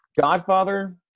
Godfather